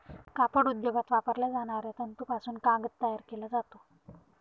कापड उद्योगात वापरल्या जाणाऱ्या तंतूपासून कागद तयार केला जातो